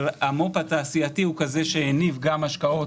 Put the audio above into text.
אבל המו"פ התעשייתי הוא כזה שהניב גם השקעות